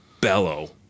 bellow